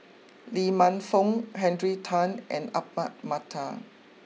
Lee Man Fong Henry Tan and Ahmad Mattar